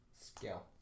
skill